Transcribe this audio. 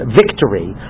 victory